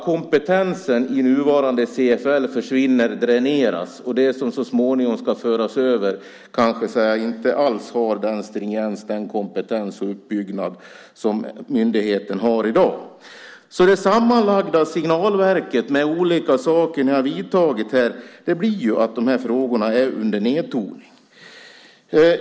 Kompetensen i nuvarande CFL försvinner - det dräneras på kompetens. Det som så småningom ska föras över har därmed kanske inte alls den stringens, den kompetens och den uppbyggnad som myndigheten i dag har. Det sammanlagda signalverket kring de olika saker ni gjort visar alltså på att de här frågorna är under nedtoning.